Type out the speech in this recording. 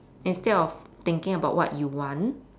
instead of thinking about what you want